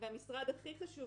המשרד הכי חושב,